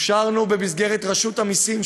אפשרנו במסגרת רשות המסים,